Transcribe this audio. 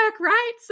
right